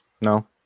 No